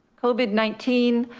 covid nineteen.